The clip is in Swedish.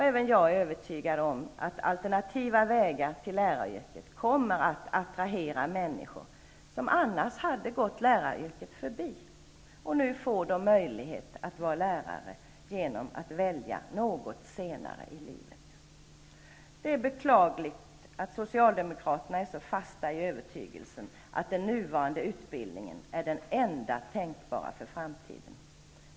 Även jag är övertygad om att alternativa vägar till läraryrket kommer att attrahera människor som annars hade gått läraryrket förbi. Nu får de möjlighet att bli lärare genom att göra det valet något senare i livet. Det är beklagligt att Socialdemokraterna är så fasta i övertygelsen att den nuvarande utbildningen är den enda tänkbara för framtiden.